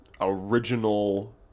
original